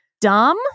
dumb